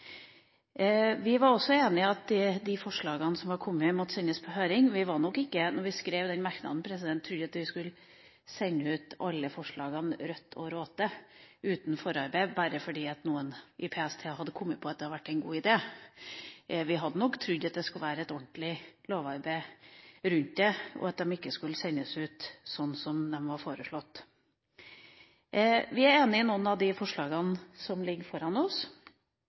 Vi var også enig i at de forslagene som var kommet, måtte sendes på høring, men da vi skrev den merknaden, hadde vi nok ikke trodd at alle forslagene skulle sendes ut – rått og råte – uten forarbeid bare fordi noen i PST kom på at det var en god idé. Vi hadde nok trodd at det skulle være et ordentlig lovarbeid rundt dette, og at de ikke skulle sendes ut slik som de var foreslått. Vi er enige i noen av de forslagene som nå ligger foran oss.